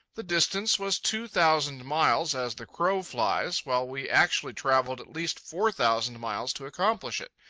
the distance was two thousand miles as the crow flies, while we actually travelled at least four thousand miles to accomplish it,